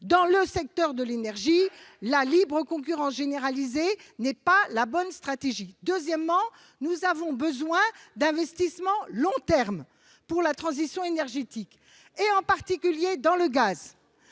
Dans le secteur de l'énergie, la libre concurrence généralisée n'est pas la bonne stratégie ! Deuxièmement, nous avons besoin d'investissements de long terme pour la transition énergétique, en particulier en ce qui